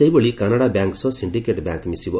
ସେହିଭଳି କାନାଡ଼ା ବ୍ୟାଙ୍କ୍ ସହ syndicate bank ମିଶିବ